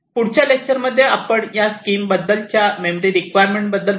पुढच्या लेक्चरमध्ये आपण या स्कीम बद्दलच्या मेमरी रिक्वायरमेंट बद्दल बोलू